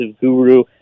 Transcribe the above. guru